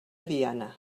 diana